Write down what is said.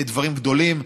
אלה דברים גדולים.